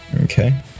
okay